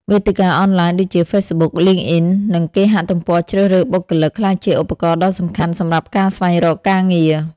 វេទិកាអនឡាញដូចជា Facebook, LinkedIn និងគេហទំព័រជ្រើសរើសបុគ្គលិក ក្លាយជាឧបករណ៍ដ៏សំខាន់សម្រាប់ការស្វែងរកការងារ។